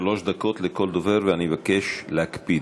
שלוש דקות לכל דובר, ואני מבקש להקפיד.